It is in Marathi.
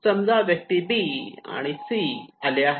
समजा व्यक्ती ' बी' आणि ' सी' आले आहेत